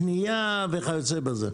בנייה וכיוצא בזה.